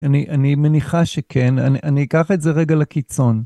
אני מניחה שכן, אני אקח את זה רגע לקיצון.